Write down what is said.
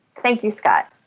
thank you scott.